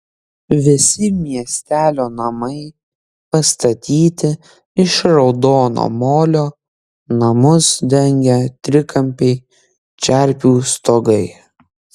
visi miestelio namai pastatyti iš raudono molio namus dengia trikampiai čerpių stogai